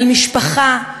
על משפחה,